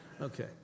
Okay